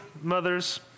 mothers